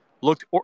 Looked